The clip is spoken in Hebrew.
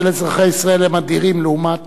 של אזרחי ישראל הם אדירים לעומת